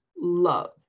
love